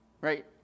right